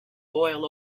boil